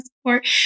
support